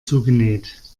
zugenäht